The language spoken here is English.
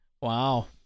Wow